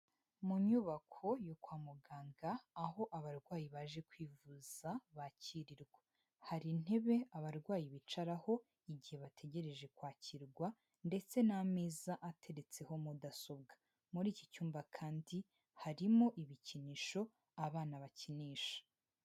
Mu nyubako yo kwa muganga aho abarwayi baje kwivuza bakirirwa, hari intebe abarwayi bicaraho igihe bategereje kwakirwa ndetse n'ameza ateretseho mudasobwa, muri iki cyumba kandi harimo ibikinisho abana bakinisha.